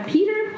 Peter